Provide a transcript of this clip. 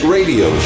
Radio